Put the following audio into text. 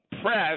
Press